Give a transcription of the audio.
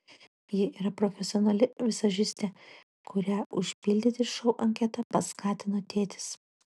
ji yra profesionali vizažistė kurią užpildyti šou anketą paskatino tėtis